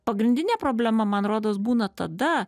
pagrindinė problema man rodos būna tada